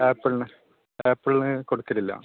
ആപ്പിളിന് ആപ്പിളിന് കൊടുക്കലില്ല